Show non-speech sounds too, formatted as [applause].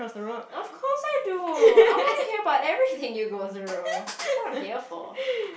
of course I do I wanna hear about [laughs] everything you go through that's what I'm here for